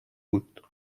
بود